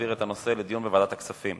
להעביר את הנושא לדיון בוועדת הכספים.